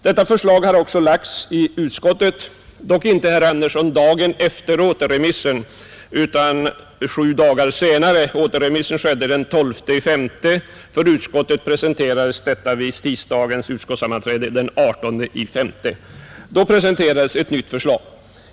Detta förslag har också framlagts i utskottet, dock inte, herr Andersson i Örebro, dagen efter återremissen utan sju dagar senare, Återremissen skedde den 12 maj. För utskottet presenterades det nya förslaget vid tisdagens utskottssammanträde den 18 maj.